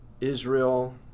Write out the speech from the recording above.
Israel